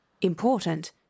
important